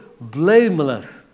blameless